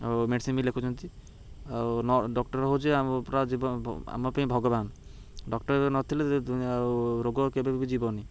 ଆଉ ମେଡିସିନ ବି ଲେଖୁଛନ୍ତି ଆଉ ଡକ୍ଟର ହେଉଛି ଆମ ପୁରା ଆମ ପାଇଁ ଭଗବାନ ଡକ୍ଟର ନଥିଲେ ଆଉ ରୋଗ କେବେ ବି ଯିବନି